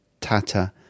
Tata